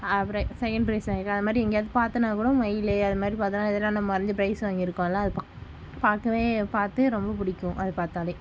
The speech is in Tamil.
அப்புறம் சகெண்ட் ப்ரைஸ் வாங்கியிருக்கேன் அதை மாதிரி எங்கேயாது பார்த்தேனா கூட மயில் அது மாதிரி பார்த்தேனா எதுனால் நம்ம வரஞ்சு ப்ரைஸ் வாங்கிருக்கோமில பார்க்கவே பார்த்து ரொம்ப பிடிக்கும் அது பார்த்தாலே